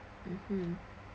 mmhmm